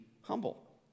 humble